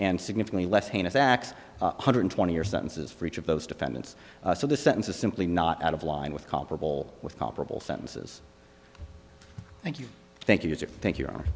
and significantly less heinous acts one hundred twenty year sentences for each of those defendants so the sentence is simply not out of line with comparable with comparable sentences thank you thank you thank